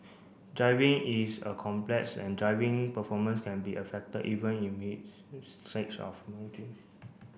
driving is a complex and driving performance can be affected even in of